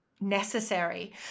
necessary